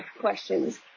questions